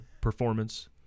performance